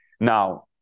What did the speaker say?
Now